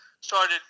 started